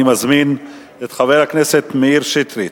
אני מזמין את חבר הכנסת מאיר שטרית.